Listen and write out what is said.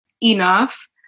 enough